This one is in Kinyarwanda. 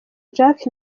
jack